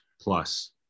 plus